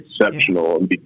exceptional